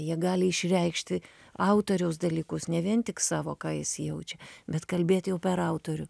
jie gali išreikšti autoriaus dalykus ne vien tik savo ką jis jaučia bet kalbėt jau per autorių